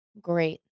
Great